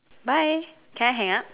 bye can I hang up